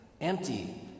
empty